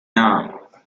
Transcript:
now